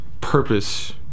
purpose